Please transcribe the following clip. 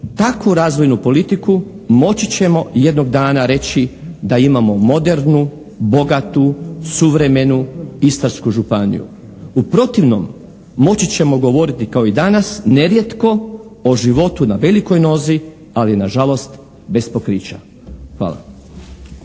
takvu razvoju politiku moći ćemo jednog dana reći da imamo modernu, bogatu, suvremenu Istarsku županiju. U protivnom, moći ćemo govoriti kao i danas, ne rijetko o životu na velikoj nozi ali na žalost bez pokrića. Hvala.